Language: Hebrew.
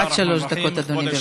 עד שלוש דקות, אדוני, בבקשה.